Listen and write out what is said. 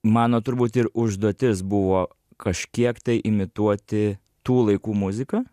mano turbūt ir užduotis buvo kažkiek tai imituoti tų laikų muziką